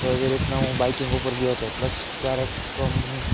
તો એવી રીતના હું બાઇકિંગ ઉપર ગયો તો પ્લસ ક્યારેક આમ